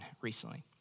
recently